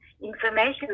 information